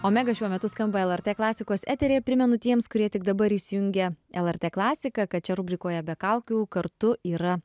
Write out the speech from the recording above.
omega šiuo metu skamba lrt klasikos eteryje primenu tiems kurie tik dabar įsijungė lrt klasiką kad čia rubrikoje be kaukių kartu yra